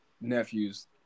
nephews